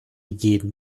jeden